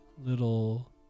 little